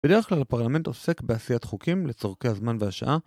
בדרך כלל הפרלמנט עוסק בעשיית חוקים לצורכי הזמן והשעה